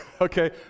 okay